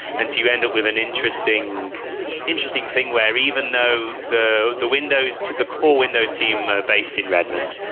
and so you end up with an interesting interesting thing where even though the the windows to the core windows team based in redmond,